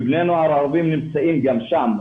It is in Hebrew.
בני נוער ערבים נמצאים גם שם.